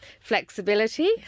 flexibility